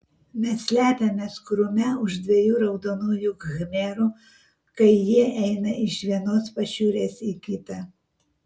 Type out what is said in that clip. mes slepiamės krūme už dviejų raudonųjų khmerų kai jie eina iš vienos pašiūrės į kitą